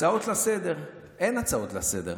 הצעות לסדר-היום,